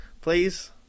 Please